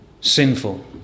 sinful